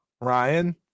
Ryan